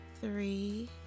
three